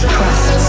Trust